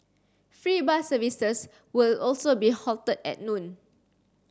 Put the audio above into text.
free bus services will also be halted at noon